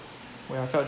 when i'm kind of